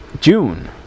June